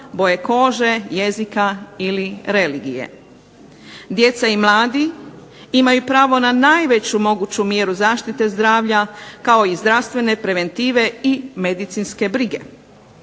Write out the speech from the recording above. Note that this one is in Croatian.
boje kože, jezika ili religije. Djeca i mladi imaju pravo na najveću moguću mjeru zaštite zdravlja kao i zdravstvene preventive i medicinske brige.